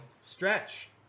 Stretch